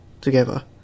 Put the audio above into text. together